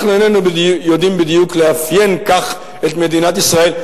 אנחנו איננו יודעים בדיוק לאפיין כך את מדינת ישראל.